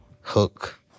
hook